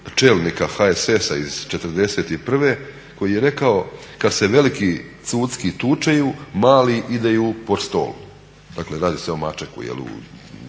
čelnika HSS-a iz '41.koji je rekao "Kada se veliki cucki tučeju, mali ideju pod stol". Dakle radi se o Mačeku pred